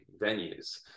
venues